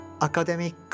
academic